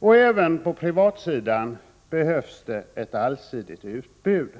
Även på privatsidan behövs det ett allsidigt utbud.